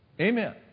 Amen